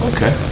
Okay